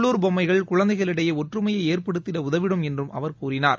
உள்ளுர் பொம்எமகள் குழந்தைகளிடையேஒற்றுமையைஏற்படுத்திடஉதவிடும் என்றும் அவர் கூறினார்